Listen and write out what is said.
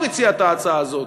כבר הציע את ההצעה הזאת.